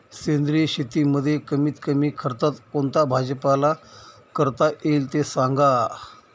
सेंद्रिय शेतीमध्ये कमीत कमी खर्चात कोणता भाजीपाला करता येईल ते सांगा